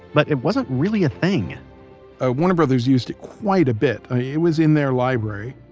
but it wasn't really a thing ah warner brothers used it quite a bit. it was in their library.